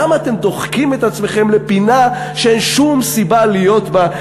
למה אתם דוחקים את עצמכם לפינה שאין שום סיבה להיות בה?